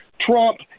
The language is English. Trump